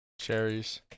Cherries